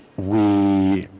we